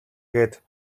гээд